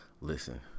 listen